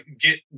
get